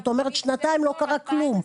זאת אומרת, שנתיים לא קרה כלום.